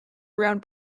around